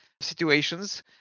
situations